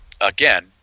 again